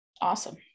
Awesome